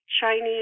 Chinese